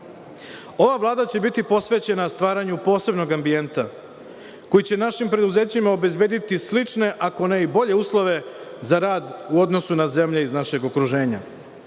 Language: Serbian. Vlada će biti posvećena stvaranju posebnog ambijenta koji će našim preduzećima obezbediti slične, ako ne i bolje uslove za rad u odnosu na zemlje iz našeg okruženja. Tu,